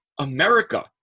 America